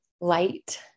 light